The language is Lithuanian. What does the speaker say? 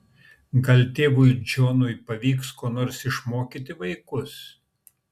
gal tėvui džonui pavyks ko nors išmokyti vaikus